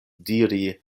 diri